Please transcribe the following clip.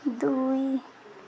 ଦୁଇ